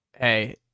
hey